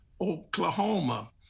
Oklahoma